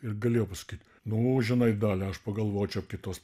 ir galėjo pasakyt nu žinai dalia aš pagalvočiau kitos